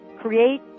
create